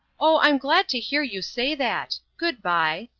oh, i'm glad to hear you say that. good by.